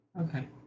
Okay